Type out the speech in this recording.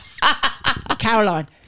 Caroline